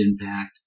impact